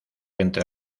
entre